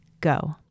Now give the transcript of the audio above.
go